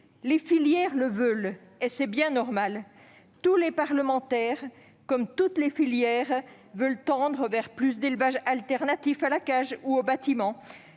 les filières le veulent, et c'est bien normal. Tous les parlementaires, comme toutes les filières, veulent tendre vers plus d'élevages alternatifs à la cage ou au bâtiment.